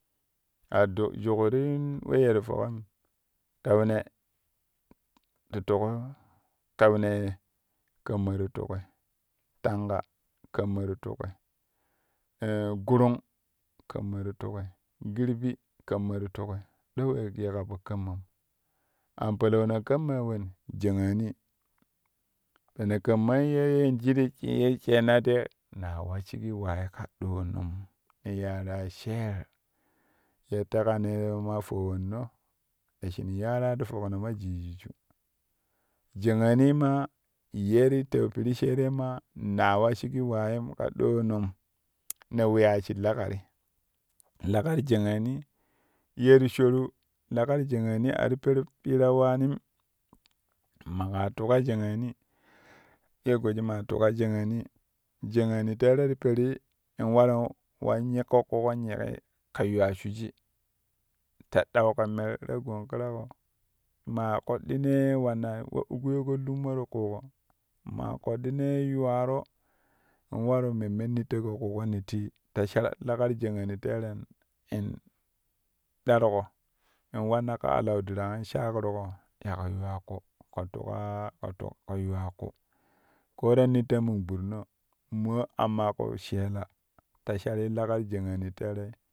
A do juk ti yuun weyye ti fokim keune ti tuk keune ye kaammaa ti tuƙƙi tenga kaammaa ti tuƙi gurung kaamaaati tuƙi girɓi kaammaa ti tuƙi ɗo wee giika po kaammaa au palauno kaammaa wen jaƙaani pene kaammaa ye ye ti ji jidashi ye ti sheenna ye na wa shigi waaii ka adonom ne yaarai sher ye teƙanoi ma fowonno ya shin yaara ti fokno ma jijiju jaƙaan maa ye ti teu piri she tei maa na wa shigi waim ka doonom ne weyai shi lokati lokati lokat ja ƙaani ye ti shoru lakat laƙaani a ti peru pira waanim maƙa tuƙa jakaani ye goji maa tuƙa jaƙaani jakaani teere ti perui in waru wa nyiƙƙo ƙuƙo nyiƙƙii kɛ yuwa shwiji ta dauƙo mer ta gum ƙiraƙo maa ƙoɗɗinee wanna wa ukkyoko lummo ti ƙuuƙo raa koɗɗinee yuwaro in waru memmen ti nittoƙo ƙuuƙo nittee ta shar lakat jakaani teere in daruƙo in wann ka alau dwong in shaguroƙo ya ƙo yuwa ƙu kɛ tukaa to kɛ yuwa ku koo ta nitto men gbidino mo amma ku sheela ta sharii lakat jakaani teere